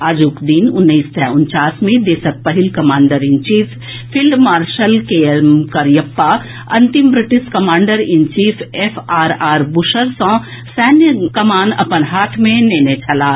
आजूक दिन उन्नैस सय उनचास मे देशक पहिल commander in chief field marshal K M Cariappa अंतिम British commander in chief F R R Bucher सॅ सैन्य कमान अपन हाथ मे नेने छलाह